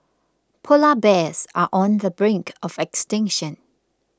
Polar Bears are on the brink of extinction